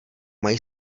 mají